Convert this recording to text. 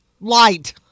light